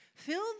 Fill